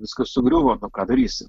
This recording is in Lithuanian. viskas sugriuvo nu ką darysi